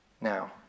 Now